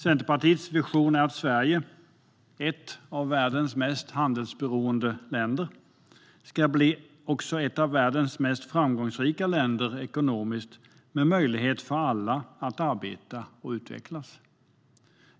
Centerpartiets vision är att Sverige, ett av världens mest handelsberoende länder, också ska bli ett av världens mest framgångsrika länder ekonomiskt, med möjligheter för alla att arbeta och utvecklas.